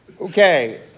Okay